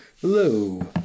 Hello